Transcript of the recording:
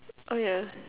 oh yeah